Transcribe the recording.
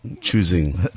choosing